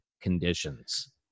conditions